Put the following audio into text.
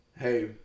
hey